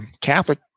Catholic